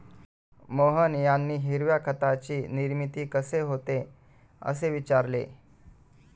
मोहन यांनी हिरव्या खताची निर्मिती कशी होते, असे विचारले